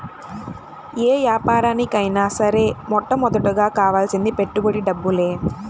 యే యాపారానికైనా సరే మొట్టమొదటగా కావాల్సింది పెట్టుబడి డబ్బులే